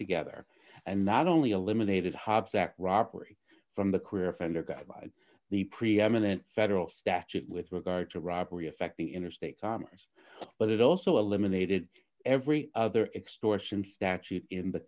together and not only a limited hobbs act robbery from the career offender guide the preeminent federal statute with regard to robbery affecting interstate commerce but it also a limited every other extortion statute in the